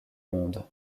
monde